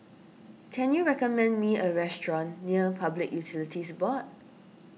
can you recommend me a restaurant near Public Utilities Board